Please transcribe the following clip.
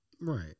Right